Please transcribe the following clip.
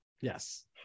Yes